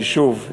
שוב,